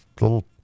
little